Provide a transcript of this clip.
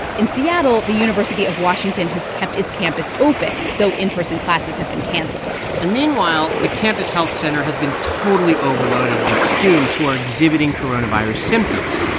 in seattle, the university of washington has kept its campus open, though in-person classes have been canceled and meanwhile, the campus health center has been totally overloaded with students who are exhibiting coronavirus symptoms,